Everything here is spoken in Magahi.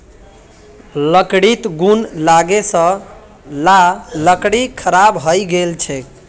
लकड़ीत घुन लागे सब ला लकड़ी खराब हइ गेल छेक